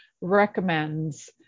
Recommends